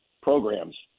programs